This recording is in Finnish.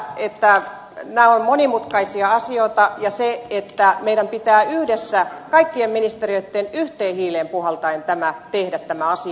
todellakin nämä ovat monimutkaisia asioita ja meidän pitää yhdessä kaikkien ministeriöitten yhteen hiileen puhaltaen tehdä tämä asia